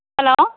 hello